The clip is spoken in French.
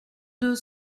deux